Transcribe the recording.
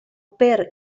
per